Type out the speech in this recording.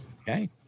okay